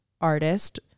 artist